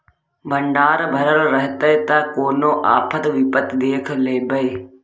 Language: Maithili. भंडार भरल रहतै त कोनो आफत विपति देख लेबै